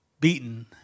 beaten